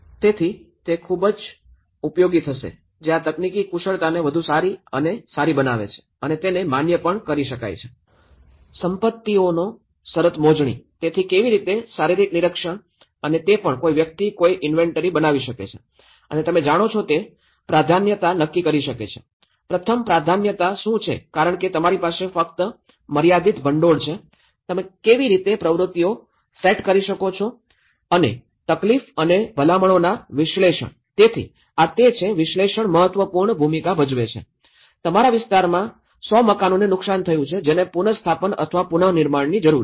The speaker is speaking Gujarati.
તેથી તે ખૂબ ઉપયોગી થશે જે આ તકનીકી કુશળતાને વધુ સારી અને સારી બનાવે છે અને તેને માન્ય પણ કરી શકાય છે સંપત્તિઓનો શરત મોજણી તેથી કેવી રીતે શારીરિક નિરીક્ષણ અને તે પણ કોઈ વ્યક્તિ કોઈ ઇન્વેન્ટરી બનાવી શકે છે અને તમે જાણો છો તે પ્રાધાન્યતા નક્કી કરી શકે છે પ્રથમ પ્રાધાન્યતા શું છે કારણ કે તમારી પાસે ફક્ત મર્યાદિત ભંડોળ છે તમે કેવી રીતે પ્રવૃત્તિઓ સેટ કરી શકો છો અને તકલીફ અને ભલામણોના વિશ્લેષણ તેથી આ તે છે વિશ્લેષણ મહત્વપૂર્ણ ભૂમિકા ભજવે છે તમારા વિસ્તારમાં સો મકાનોને નુકસાન થયું છે જેને પુન સ્થાપન અથવા પુનર્નિર્માણની જરૂર છે